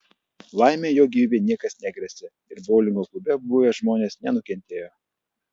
laimei jo gyvybei niekas negresia ir boulingo klube buvę žmonės nenukentėjo